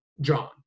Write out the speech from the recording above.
John